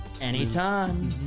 Anytime